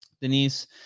Denise